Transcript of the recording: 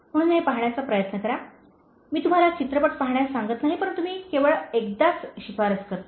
म्हणून हे पहाण्याचा प्रयत्न करा मी तुम्हाला चित्रपट पाहण्यास सांगत नाही परंतु मी केवळ एकदाच शिफारस करतो